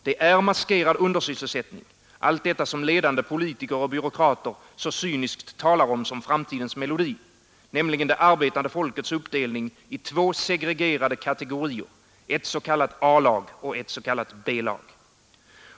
Det är maskerad undersysselsättning, allt detta, som ledande politiker och byråkrater så cyniskt talar om som framtidens melodi, nämligen det arbetande folkets uppdelning i två segregerade kategorier — ett s.k. A-lag och ett s.k. B-lag.